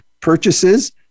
Purchases